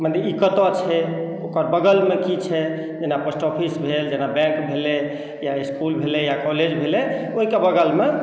मने ई कतय छै ओकर बगलमे की छै जेना पोस्ट ऑफिस भेल जेना बैंक भेलै या इस्कुल भेलै या कॉलेज भेलै ओहिके बगलमे